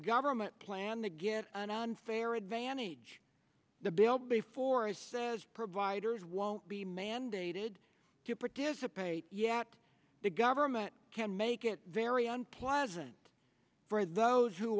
government plan to get an unfair advantage the bill before says provide it won't be mandated to participate yet the government can make it very unpleasant for those who